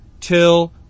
till